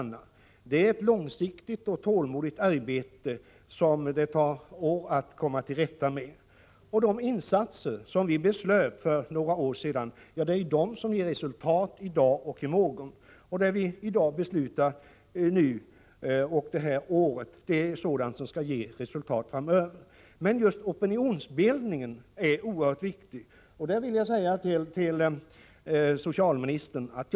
Den innebär ett långsiktigt arbete med att lösa problem som det tar år att komma till rätta med. Det är de insatser som vi fattade beslut om för några år sedan som ger resultat i dag och i morgon. Det vi beslutar under detta år är sådant som skall ge resultat framöver. Opinionsbildningen är oerhört viktig i det här sammanhanget.